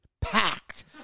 packed